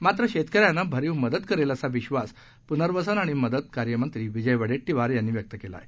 मात्र शेतकऱ्यांना भरीव मदत करेल असा विश्वास प्नर्वसन आणि मदत कार्यमंत्री विजय वडेट्टीवार यांनी व्यक्त आहे